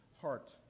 heart